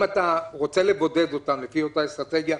אם אתה רוצה לבודד אותם לפי אותה אסטרטגיה,